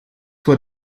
vor